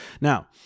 Now